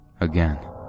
again